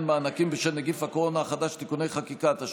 מענקים בשל נגיף הקורונה החדש (תיקוני חקיקה),